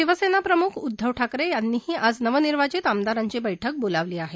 शिवसेनाप्रमुख उद्दव ठाकरे यांनीही आज नवनिर्वाचित आमदारांची बैठक बोलावली आहे